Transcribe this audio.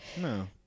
No